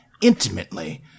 intimately